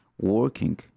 working